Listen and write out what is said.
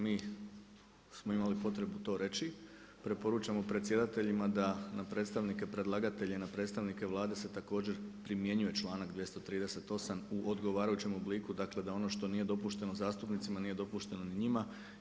Mi smo imali potrebu to reći preporučujemo predsjedateljima da na predstavnike predlagatelja i na predstavnike se također primjenjuje čl.238. u odgovarajućem obliku, dakle, da ono što nije dopušteno zastupnicima, nije dopušteno ni njima.